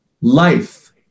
life